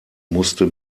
musste